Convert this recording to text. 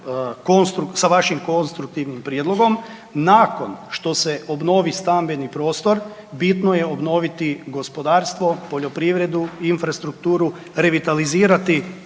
sa vašim konstruktivnim prijedlogom nakon što se obnovi stambeni prostor, bitno je obnoviti gospodarstvo, poljoprivredu, infrastrukturu, revitalizirati